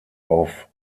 auf